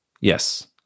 Yes